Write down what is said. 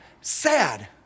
sad